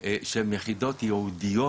שהן יחידות ייעודיות